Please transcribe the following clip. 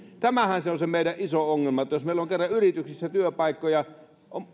tämähän on se meidän iso ongelma jos meillä kerran on yrityksissä työpaikkoja